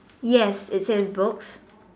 yes it says books